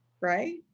right